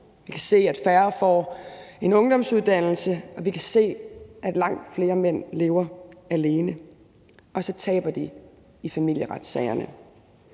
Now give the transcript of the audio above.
Vi kan se, at færre får en ungdomsuddannelse, vi kan se, at langt flere mænd lever alene, og så taber de i familieretssagerne.